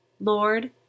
Lord